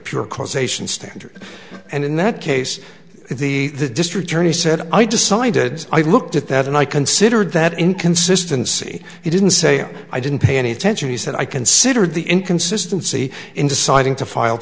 pure causation standard and in that case the district attorney said i decided i looked at that and i considered that inconsistency he didn't say i didn't pay any attention he said i considered the inconsistency in deciding to file